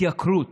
התייקרות